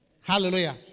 Hallelujah